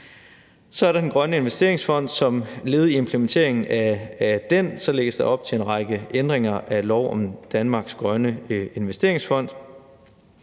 Så er der Danmarks Grønne Investeringsfond, og som led i implementeringen af den lægges der op til en række ændringer af lov om Danmarks Grønne Investeringsfond.